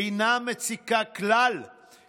אינה מציקה כלל